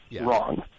Wrong